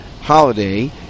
holiday